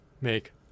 make